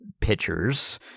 pitchers